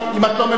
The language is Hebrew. אם את לא מבינה,